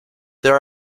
there